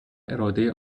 اراده